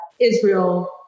Israel